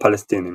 הפלסטינים